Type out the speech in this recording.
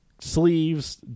sleeves